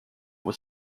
was